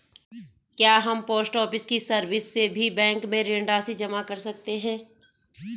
क्या हम post office की सर्विस से भी बैंक में ऋण राशि जमा कर सकते हैं?